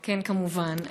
כן, כמובן.